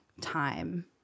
time